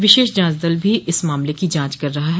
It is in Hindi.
विशेष जांच दल भी इस मामले की जांच कर रहा है